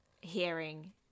hearing